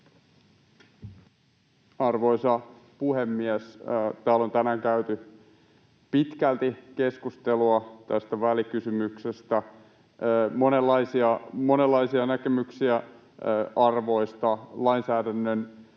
Arvoisa puhemies! Täällä on tänään käyty pitkälti keskustelua tästä välikysymyksestä: monenlaisia näkemyksiä arvoista, lainsäädännön